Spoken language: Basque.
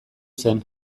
zen